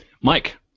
Mike